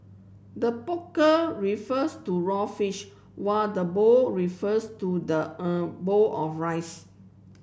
the poker refers to raw fish while the bowl refers to the er bowl of rice